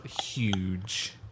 huge